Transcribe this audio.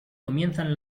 comienzan